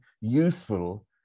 useful